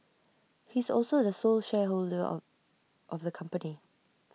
he is also the sole shareholder of the company